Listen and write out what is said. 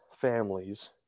families